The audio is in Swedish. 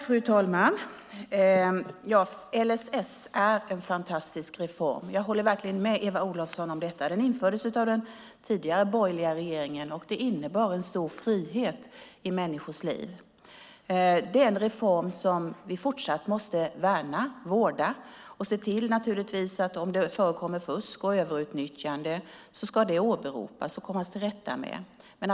Fru talman! LSS är en fantastisk reform; jag håller verkligen med Eva Olofsson om detta. Den infördes av den tidigare borgerliga regeringen, och den innebar en stor frihet i människors liv. Det är en reform vi fortsatt måste värna och vårda. Om det förekommer fusk och överutnyttjande ska vi givetvis se till att det åberopas och att vi kommer till rätta med det.